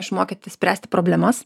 išmokyti spręsti problemas